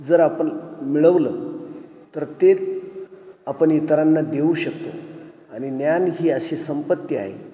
जर आपण मिळवलं तर ते आपण इतरांना देऊ शकतो आणि ज्ञान ही अशी संपत्ती आहे